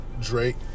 Drake